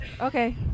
Okay